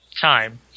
time